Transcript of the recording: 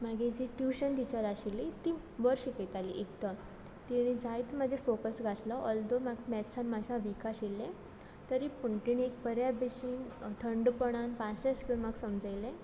म्हाजी जी tuition teacher आशिल्ली ती बर शिकयताली तिणें जायतो म्हजेर फोकस घातलो ओलधो हांव मेथ्सान मातशें हांव वीक आशिल्लें तरी पूण तिणें बऱ्या भशीन थंडपणान पासियेंस घेवून म्हाक समजायलें